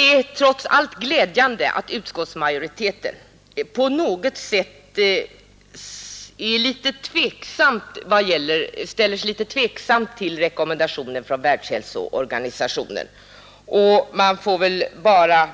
Det är trots allt glädjande att utskottsmajoriteten på något sätt ställer sig tveksam till rekommendationen från Världshälsoorganisationen. Man får väl bara